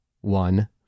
one